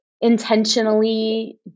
intentionally